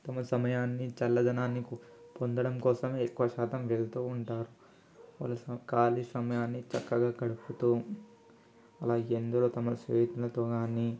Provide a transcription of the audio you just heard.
తమ సమయాన్ని చల్లదనాన్ని కొ పొందడం కోసం ఎక్కువశాతం వెళ్తూ ఉంటారు వాళ్ళ ఖాళీ సమయాన్ని చక్కగా గడుపుతూ అలా ఎందరో తమ స్నేహితులతో కానీ